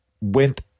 went